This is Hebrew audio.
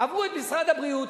עברו את משרד הבריאות,